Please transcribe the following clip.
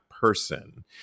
person